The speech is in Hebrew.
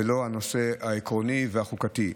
ולא בנושא העקרוני והחוקתי.